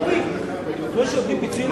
אנחנו לא נגד פיצויים,